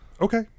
okay